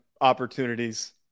opportunities